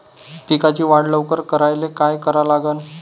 पिकाची वाढ लवकर करायले काय करा लागन?